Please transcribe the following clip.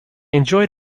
enjoyed